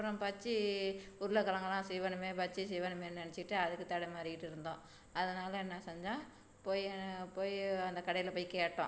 அப்புறம் பச்சி உருளைக்கெழங்கல்லாம் சீவணுமே பச்சி சீவணுமேன்னு நினைச்சிட்டு அதுக்குத் தடுமாறிக்கிட்டுருந்தோம் அதனால என்ன செஞ்சோம் போய் போய் அந்த கடையில் போய் கேட்டோம்